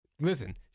Listen